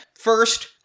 First